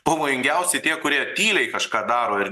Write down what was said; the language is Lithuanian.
pavojingiausi tie kurie tyliai kažką daro ir